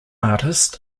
artist